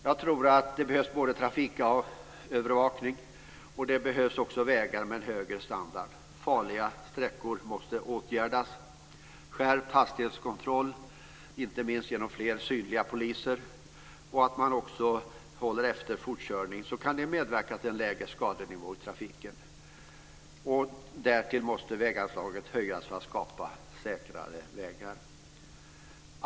Jag tror att det behövs trafikövervakning och också vägar med högre standard. Farliga sträckor måste åtgärdas. Skärpt hastighetskontroll, inte minst genom fler synliga poliser, och att man också håller efter fortkörning kan medverka till en lägre skadenivå i trafiken. Därtill måste väganslaget höjas för att skapa säkrare vägar.